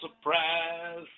surprise